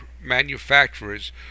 manufacturers